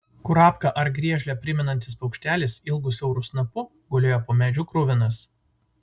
kurapką ar griežlę primenantis paukštelis ilgu siauru snapu gulėjo po medžiu kruvinas